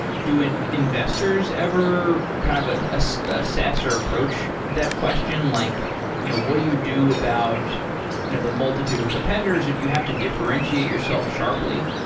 do and investors ever kind of ah ah so assess or approach that question? like you know what do you do about you know the multitude of competitors? do you have to differentiate yourself sharply?